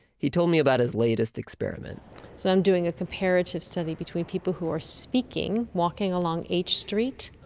he told me about his latest experiment so i'm doing a comparative study between people who are speaking, walking along h street,